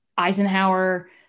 Eisenhower